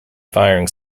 firing